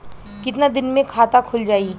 कितना दिन मे खाता खुल जाई?